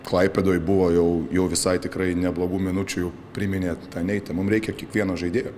klaipėdoj buvo jau jau visai tikrai neblogų minučių jau priminė tą neitą mum reikia kiekvieno žaidėjo